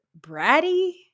bratty